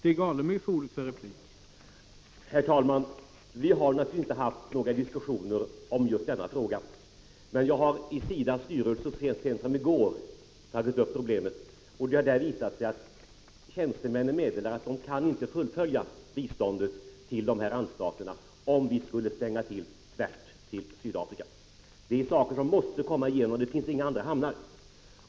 Herr talman! Vi har naturligtvis inte haft några diskussioner om just den frågan, men jag har i SIDA:s styrelse så sent som i går tagit upp problemet, och tjänstemännen där meddelar att de inte kan fullfölja biståndet till randstaterna om vi skulle stänga till tvärt till Sydafrika. Vissa saker måste komma igenom, och det finns inga andra hamnar.